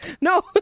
No